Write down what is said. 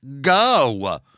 go